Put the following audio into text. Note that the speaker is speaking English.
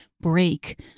break